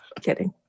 Kidding